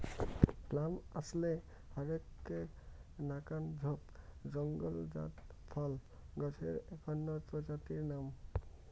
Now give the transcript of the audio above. plum আশলে হরেক নাকান ঝোপ জঙলজাত ফল গছের এ্যাকনা প্রজাতির নাম